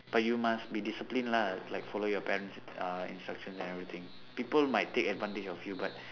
but you must be discipline lah like follow your parents uh instructions and everything people might take advantage of you but